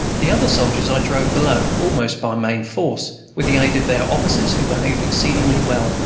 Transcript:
the other soldiers i drove below, almost by main force, with the aid of their officers, who behaved exceedingly well,